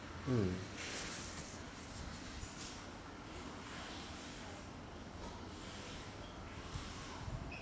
hmm